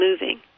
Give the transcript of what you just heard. moving